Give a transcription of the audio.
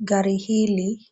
Gari hili